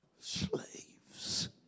slaves